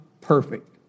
perfect